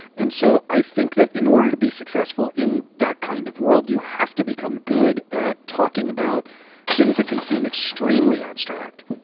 and so i think that in order to be successful in that kind of world, you have to become good at talking about things that can seem extremely abstract